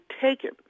taken